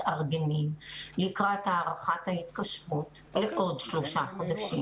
מתארגנים לקראת הארכת ההתקשרות לעוד שלושה חודשים.